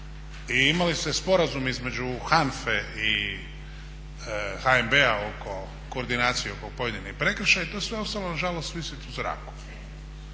I imali ste sporazum između HANFA-e i HNB-a oko koordinacije oko pojedinih prekršaja i to je sve ostalo nažalost visiti u zraku.